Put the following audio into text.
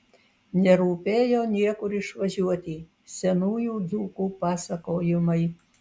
nerūpėjo niekur išvažiuoti senųjų dzūkų pasakojimai